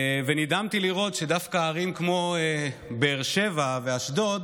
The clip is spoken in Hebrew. ונדהמתי לראות שדווקא ערים כמו באר שבע ואשדוד